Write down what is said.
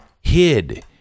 hid